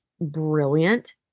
brilliant